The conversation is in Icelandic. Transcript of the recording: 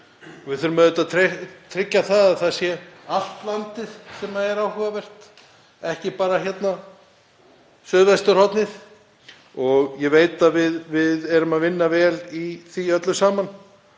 Við þurfum auðvitað að tryggja að það sé allt landið sem er áhugavert, ekki bara suðvesturhornið, og ég veit að við erum að vinna vel í því öllu saman.